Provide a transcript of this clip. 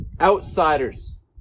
Outsiders